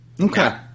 Okay